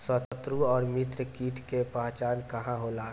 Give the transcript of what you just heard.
सत्रु व मित्र कीट के पहचान का होला?